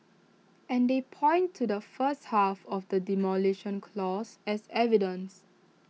and they point to the first half of the Demolition Clause as evidence